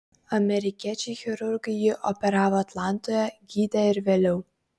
amerikiečiai chirurgai jį operavo atlantoje gydė ir vėliau